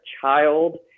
child